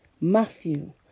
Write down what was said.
Matthew